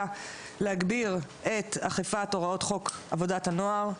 להגביר את אכיפת הוראות חוק עבודת הנוער,